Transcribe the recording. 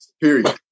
period